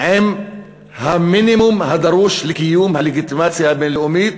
עם המינימום הדרוש לקיום הלגיטימציה הבין-לאומית